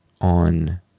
on